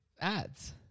ads